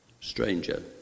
stranger